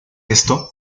esto